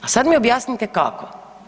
A sada mi objasnite kako?